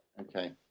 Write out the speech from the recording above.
Okay